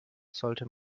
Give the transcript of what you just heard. sollte